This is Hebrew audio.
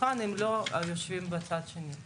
בחוק הזה שהוא בעצם